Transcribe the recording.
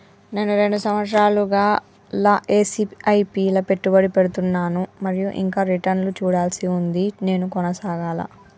నేను రెండు సంవత్సరాలుగా ల ఎస్.ఐ.పి లా పెట్టుబడి పెడుతున్నాను మరియు ఇంకా రిటర్న్ లు చూడాల్సి ఉంది నేను కొనసాగాలా?